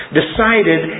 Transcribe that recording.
decided